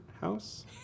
House